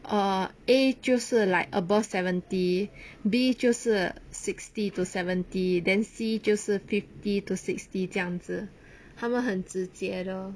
err A 就是 like above seventy B 就是 sixty to seventy then C 就是 fifty to sixty 这样子他们很直接的